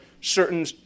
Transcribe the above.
certain